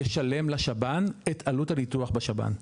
הוא ישלם לשב"ן את עלות הניתוח לשב"ן,